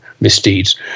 misdeeds